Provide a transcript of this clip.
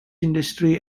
industry